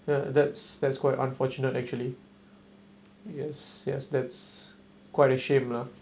ya that's that's quite unfortunate actually yes yes that's quite ashamed lah